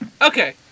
Okay